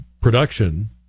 production